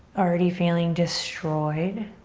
already feeling destroyed,